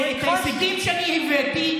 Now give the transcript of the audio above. לא, את ההישגים שהבאתי,